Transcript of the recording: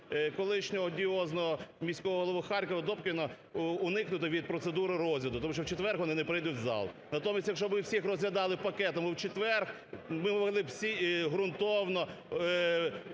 колишнього одіозного міського голову Харкова Добкіна уникнути від процедури розгляду, тому що в четвер вони не прийдуть у зал. Натомість, якщо б ми всіх розглядали пакетом у четвер, ми могли б всі ґрунтовно